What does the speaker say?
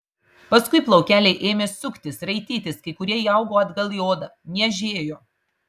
paskui plaukeliai ėmė suktis raitytis kai kurie įaugo atgal į odą niežėjo